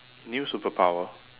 new superpower